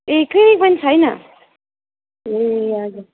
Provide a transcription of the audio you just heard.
ए clinic पनि छैन ए हजुर